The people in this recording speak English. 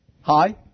Hi